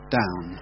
down